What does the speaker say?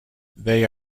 they